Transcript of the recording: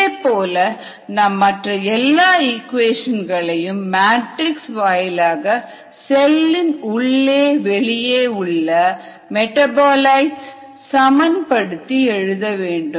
இதேபோல நாம் மற்ற எல்லா இக்குவேஷன் களையும் மேட்ரிக்ஸ் வாயிலாக செல்லின் உள்ளே வெளியே உள்ள மெடாபோலிட்ஸ் சமன் படுத்தி எழுத வேண்டும்